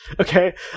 okay